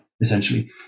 essentially